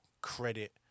credit